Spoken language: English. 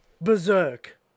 Berserk